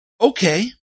okay